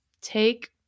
Take